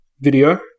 video